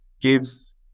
gives